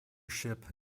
ship